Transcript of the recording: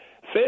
Fish